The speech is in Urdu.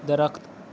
درخت